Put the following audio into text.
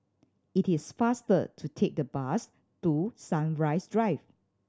it is faster to take the bus to Sunrise Drive